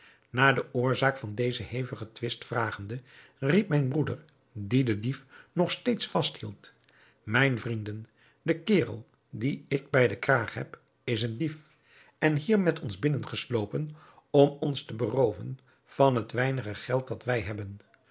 naar de oorzaak van dezen hevigen twist vragende riep mijn broeder die den dief nog steeds vasthield mijn vrienden de kerel dien ik bij den kraag heb is een dief en hier met ons binnen geslopen om ons te berooven van het weinige geld dat wij hebben